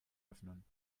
öffnen